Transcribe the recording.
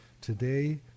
Today